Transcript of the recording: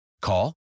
Call